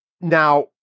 Now